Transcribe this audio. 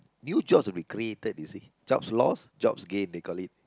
new jobs will be created you see jobs loss jobs gain they call it